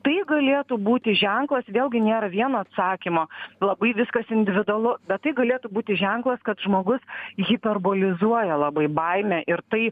tai galėtų būti ženklas vėlgi nėra vieno atsakymo labai viskas individualu bet tai galėtų būti ženklas kad žmogus hiperbolizuoja labai baimę ir tai